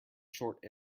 short